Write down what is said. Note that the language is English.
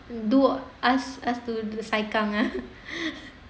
do ask ask to do macam-macam